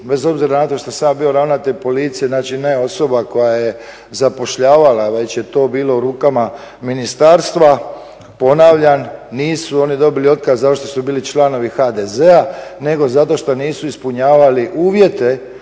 bez obzira na to što sam ja bio ravnatelj policije, znači ne osoba koja je zapošljavala već je to bilo u rukama ministarstva. Ponavljam, nisu oni dobili otkaz zato što su bili članovi HDZ-a, nego zato što nisu ispunjavali uvjete